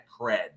cred